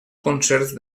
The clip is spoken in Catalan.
concerts